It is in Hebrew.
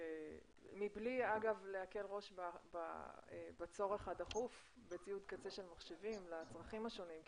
מבלי אגב להקל ראש בצורך הדחוף בציוד קצה של מחשבים לצרכים השונים,